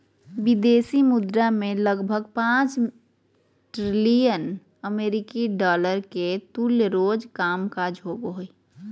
विदेशी मुद्रा बाजार मे लगभग पांच ट्रिलियन अमेरिकी डॉलर के तुल्य रोज कामकाज होवो हय